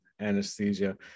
anesthesia